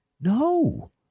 no